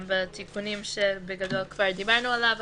והתיקונים בגדול כבר דיברנו עליהם,